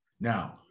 Now